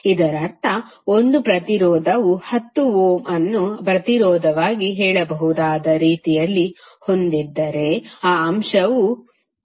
ಇದರರ್ಥ 1 ಪ್ರತಿರೋಧವು 10 ಓಮ್ನ ಅನ್ನು ಪ್ರತಿರೋಧವಾಗಿ ಹೇಳಬಹುದಾದ ರೀತಿಯಲ್ಲಿ ಹೊಂದಿದ್ದರೆ ಆ ಅಂಶವು 0